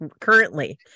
currently